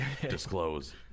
disclose